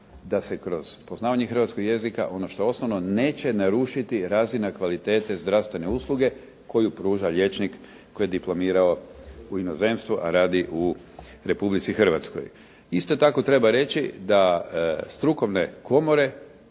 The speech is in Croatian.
da se kroz poznavanje hrvatskog jezika ono što je osnovno neće narušiti razina kvalitete zdravstvene usluge koju pruža liječnik koji je diplomirao u inozemstvu, a radi u Republici Hrvatskoj. Isto tako treba reći da strukovne komore